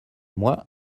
moi